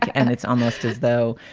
and it's almost as though,